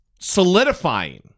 solidifying